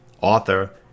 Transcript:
author